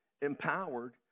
empowered